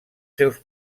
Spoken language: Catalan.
seus